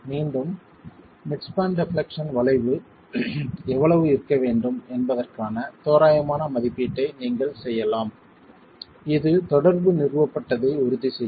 மீண்டும் midspan deflection எவ்வளவு இருக்க வேண்டும் என்பதற்கான தோராயமான மதிப்பீட்டை நீங்கள் செய்யலாம் இது தொடர்பு நிறுவப்பட்டதை உறுதிசெய்யும்